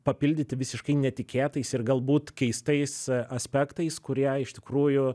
papildyti visiškai netikėtais ir galbūt keistais aspektais kurie iš tikrųjų